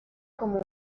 como